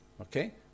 Okay